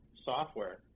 software